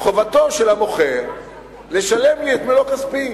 חובתו של המוכר לשלם לי את מלוא כספי.